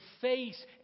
face